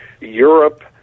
Europe